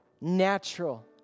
natural